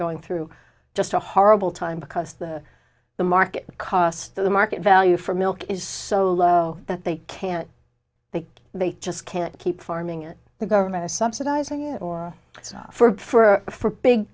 going through just a horrible time because the market cost that the market value for milk is so low that they can't they they just can't keep farming it the government is subsidizing or so for for big